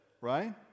right